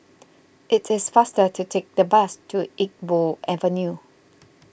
it is faster to take the bus to Iqbal Avenue